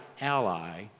ally